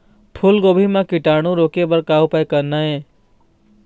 फूलगोभी म कीटाणु रोके बर का उपाय करना ये?